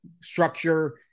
structure